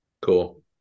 cool